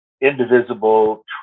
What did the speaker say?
indivisible